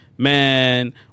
Man